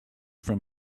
from